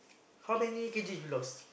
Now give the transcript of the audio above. how many K_G you lost